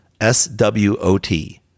S-W-O-T